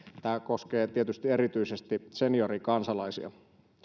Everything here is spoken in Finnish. tämä koskee tietysti erityisesti seniorikansalaisia